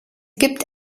gibt